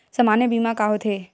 सामान्य बीमा का होथे?